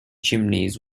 chimneys